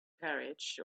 carriage